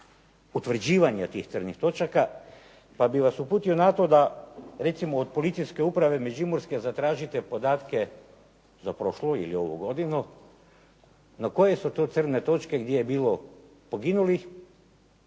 utvrđivanje tih crnih točaka. Pa bih vas uputio na to da recimo od policijske uprave Međimurske zatražite podatke za prošlu ili ovu godinu koje su to crne točke gdje je bilo poginulih,